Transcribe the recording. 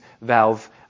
valve